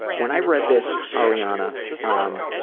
when i read this arianna um